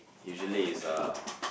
usually it's uh